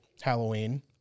Halloween